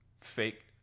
fake